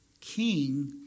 king